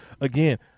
again